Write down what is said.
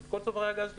את כל צוברי הגז שלהם.